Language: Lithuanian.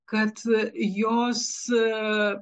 kad jos